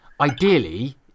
ideally